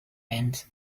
end